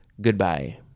Goodbye